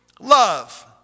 love